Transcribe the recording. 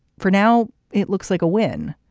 for now it looks like a win.